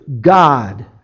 God